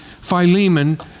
Philemon